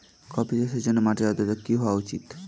Coffee চাষের জন্য মাটির আর্দ্রতা কি হওয়া উচিৎ?